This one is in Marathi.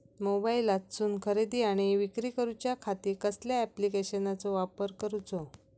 मोबाईलातसून खरेदी आणि विक्री करूच्या खाती कसल्या ॲप्लिकेशनाचो वापर करूचो?